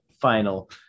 final